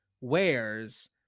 wears